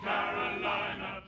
Carolina